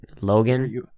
Logan